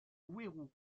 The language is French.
houerou